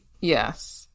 Yes